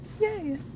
Yay